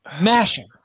mashing